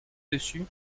dessus